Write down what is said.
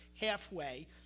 halfway